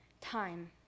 time